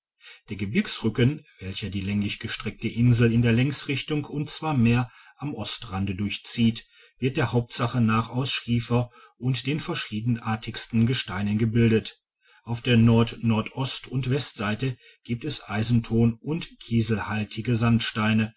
der gebirgsrücken welcher die länglich gestreckte insel in der längsrichtung und zwar mehr am ostrande durchzieht wird der hauptsache nach aus schiefer und den verschiedenartigsten gesteinen gebildet auf der nordnordost und westseite giebt es eisenthon und kieselhaltige sandsteine